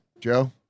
Joe